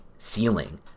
ceiling